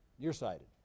Nearsighted